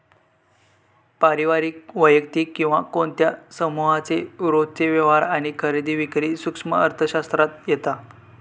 पारिवारिक, वैयक्तिक किंवा कोणत्या समुहाचे रोजचे व्यवहार आणि खरेदी विक्री सूक्ष्म अर्थशास्त्रात येता